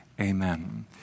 Amen